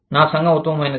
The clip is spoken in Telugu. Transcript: నా సంఘం ఉత్తమమైనది